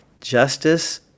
Justice